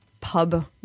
pub